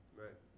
right